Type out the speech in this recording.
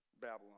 Babylon